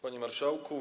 Panie Marszałku!